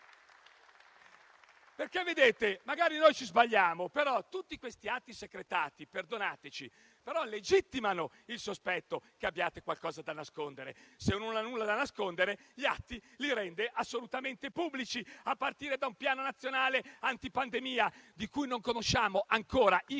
Magari ci sbagliamo, ma tutti questi atti secretati - perdonateci - legittimano il sospetto che abbiate qualcosa da nascondere. Se uno non ha nulla da nascondere, gli atti li rende assolutamente pubblici, a partire da un piano nazionale anti-pandemia di cui non conosciamo ancora i